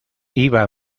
iba